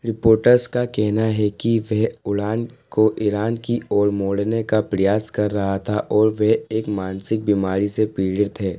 reports का कहना है कि वह उड़ान को ईरान की ओर मोड़ने का प्रयास कर रहा था और वह एक मानसिक बीमारी से पीड़ित है